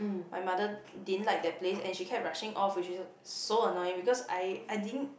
my mother didn't like that place and she kept rushing off which is so annoying because I I didn't